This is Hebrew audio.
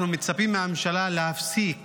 אנחנו מצפים מהממשלה להפסיק